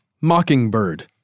Mockingbird